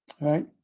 Right